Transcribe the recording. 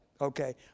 Okay